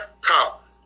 cop